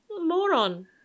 moron